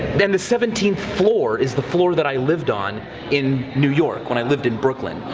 then the seventeenth floor is the floor that i lived on in new york, when i lived in brooklyn.